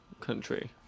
country